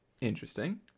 Interesting